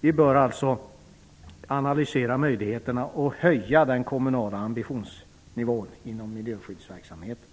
Vi bör alltså analysera möjligheterna att höja den kommunala ambitionsnivån inom miljöskyddsverksamheten.